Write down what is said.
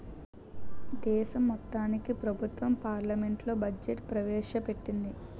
దేశం మొత్తానికి ప్రభుత్వం పార్లమెంట్లో బడ్జెట్ ప్రవేశ పెట్టింది